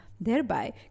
Thereby